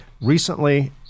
recently